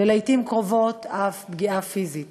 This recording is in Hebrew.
ולעתים קרובות אף פגיעה פיזית.